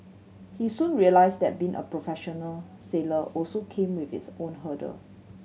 he soon realised that being a professional sailor also came with its own hurdle